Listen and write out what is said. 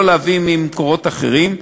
ולא להביא ממקורות אחרים,